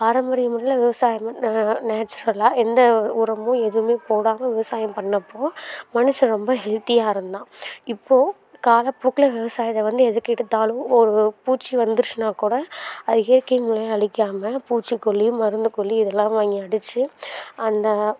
பாரம்பரியம் உள்ள விவசாயமாக நேச்சுரலாக எந்த உரமும் எதுவுமே போடாமல் விவசாயம் பண்ணப்போ மனிஷன் ரொம்ப ஹெல்த்தியாக இருந்தான் இப்போ காலப்போக்கில் விவசாயத்தை வந்து எதற்கெடுத்தாலும் ஒரு பூச்சி வந்துருச்சுனா கூட அதை இயற்கை மூலியம் அழிக்காமல் பூச்சி கொல்லி மருந்து கொல்லி இதெல்லாம் வாங்கி அடிச்சு அந்த